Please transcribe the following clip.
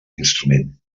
instrument